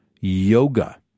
yoga